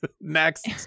Next